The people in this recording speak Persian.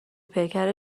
پیکر